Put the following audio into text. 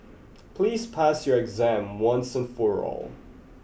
please pass your exam once and for all